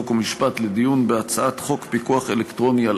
חוק ומשפט לדיון בהצעת חוק פיקוח אלקטרוני על